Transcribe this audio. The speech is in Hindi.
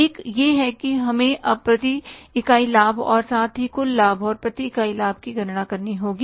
एक यह है कि हमें अब प्रति इकाई लाभ और साथ ही कुल लाभ और प्रति इकाई लाभ की गणना करनी होगी